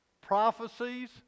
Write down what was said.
Prophecies